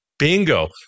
Bingo